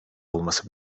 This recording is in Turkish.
olması